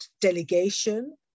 delegation